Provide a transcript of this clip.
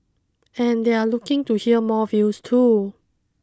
and they're looking to hear more views too